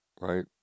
right